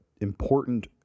important